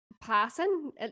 passing